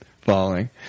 falling